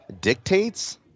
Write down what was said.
dictates